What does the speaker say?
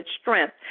strength